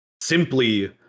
simply